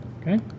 Okay